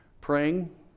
praying